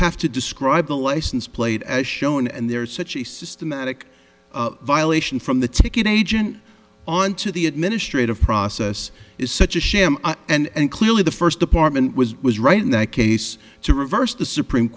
have to describe the license plate as shown and there is such a systematic violation from the ticket agent onto the administrative process is such a sham and clearly the first department was was right in that case to reverse the supreme